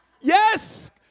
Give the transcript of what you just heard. yes